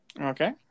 Okay